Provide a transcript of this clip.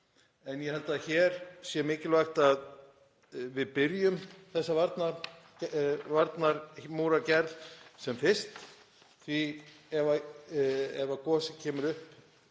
en ég held að hér sé mikilvægt að við byrjum þessa varnargarðagerð sem fyrst því að ef gosið kemur upp